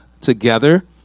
together